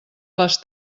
les